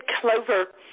clover